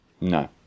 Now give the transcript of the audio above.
no